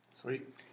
Sweet